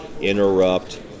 interrupt